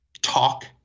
talk